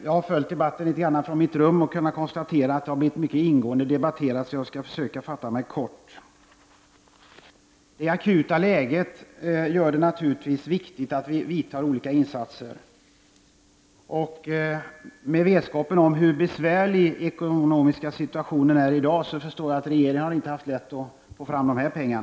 Jag har följt debatten och kunnat konstatera att denna fråga har blivit mycket ingående debatterad, så jag skall försöka fatta mig kort. Det akuta läget gör naturligtvis att det är viktigt att vi vidtar olika åtgärder. Med vetskap om hur besvärlig den ekonomiska situationen är i dag förstår jag att regeringen inte har haft det lätt när det gäller att få fram dessa pengar.